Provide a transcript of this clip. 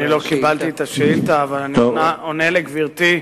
לא קיבלתי את השאילתא, אבל אני עונה לגברתי,